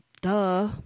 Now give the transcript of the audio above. duh